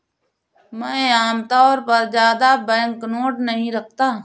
मैं आमतौर पर ज्यादा बैंकनोट नहीं रखता